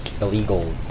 illegal